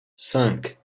cinq